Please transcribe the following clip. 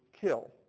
kill